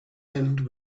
end